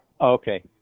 Okay